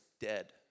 dead